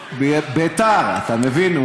בית"ר, אתה מבין?